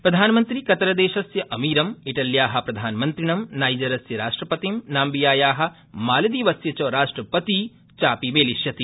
प्रधानमन्त्री कतरदेशस्य अमीरं इटल्या प्रधानमन्त्रिणं नाईजरस्य राष्ट्रपतिं नाम्बिबीयाया मालदीवस्य च राष्ट्रपती चापि मेलिष्यति